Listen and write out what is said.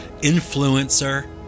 influencer